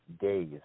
days